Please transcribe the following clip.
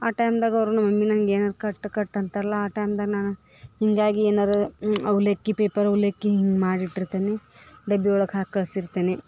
ಆ ಟೈಮ್ದಾಗ ಅವರು ಮಮ್ಮಿ ನಂಗೆ ಏನಾರ ಕಟ್ ಕಟ್ ಅಂತ್ರಲ್ಲ ಆ ಟೈಮ್ದಾಗ್ ನಾ ಹೀಗಾಗಿ ಏನರ ಅವಲಕ್ಕಿ ಪೇಪರ್ ಅವಲಕ್ಕಿ ಹಿಂಗೆ ಮಾಡಿ ಇಟ್ಟಿರ್ತೀನಿ ಡಬ್ಬಿ ಒಳಗೆ ಹಾಕಿ ಕಳ್ಸಿರ್ತೀನಿ